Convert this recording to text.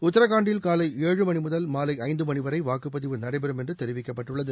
உத்தரகாண்டில் காலை ஏழு மணி முதல் மாலை ஐந்து மணி வரை வாக்குப் பதிவு நடைபெறும் என்று தெரிவிக்கப்பட்டுள்ளது